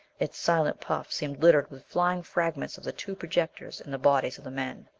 its silent puff seemed littered with flying fragments of the two projectors and the bodies of the men.